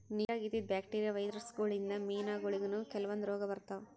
ನಿರಾಗ್ ಇದ್ದಿದ್ bacteria, virus ಗೋಳಿನ್ದ್ ಮೀನಾಗೋಳಿಗನೂ ಕೆಲವಂದ್ ರೋಗ್ ಬರ್ತಾವ್